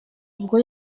ubwo